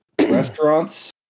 restaurants